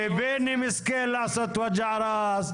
לבני המסכן לעשות ווג'ערס?